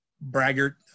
braggart